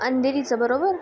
अंधेरीचं बरोबर